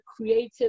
creative